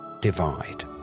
divide